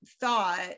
thought